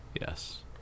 Yes